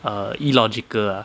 err illogical ah